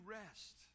rest